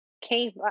came